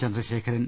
Chandrasekharan